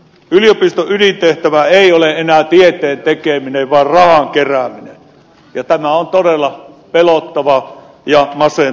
yliopiston ydintehtävä ei ole enää tieteen tekeminen vaan rahan kerääminen ja tämä on todella pelottava ja masentava suuntaus